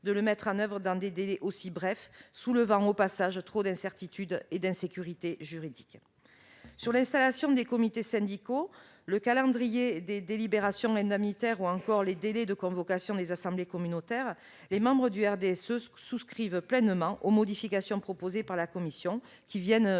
oeuvre ce dispositif dans des délais aussi brefs, ce qui aurait soulevé au passage trop d'incertitudes et d'insécurité juridique. Sur l'installation des comités syndicaux, le calendrier des délibérations indemnitaires ou encore les délais de convocation des assemblées communautaires, les membres du RDSE souscrivent pleinement aux modifications proposées par la commission, qui viennent